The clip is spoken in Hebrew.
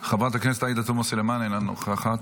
חברת הכנסת עאידה תומא סלימאן, אינה נוכחת,